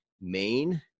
Maine